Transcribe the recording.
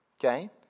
okay